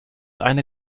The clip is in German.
einer